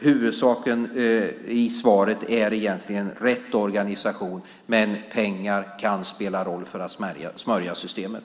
Huvudsaken i svaret är egentligen rätt organisation, men pengar kan spela roll för att smörja systemet.